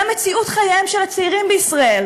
גם מציאות חייהם של הצעירים בישראל,